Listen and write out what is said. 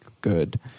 good